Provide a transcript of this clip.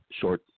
short